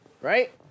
right